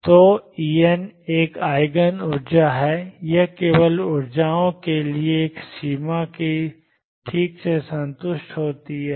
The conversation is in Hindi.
तो En एक आईगन ऊर्जा है यह केवल इन ऊर्जाओं के लिए है कि सीमा की स्थिति ठीक से संतुष्ट होती है